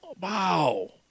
Wow